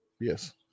Yes